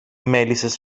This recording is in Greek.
μέλισσες